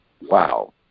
Wow